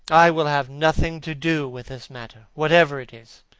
i will have nothing to do with this matter, whatever it is.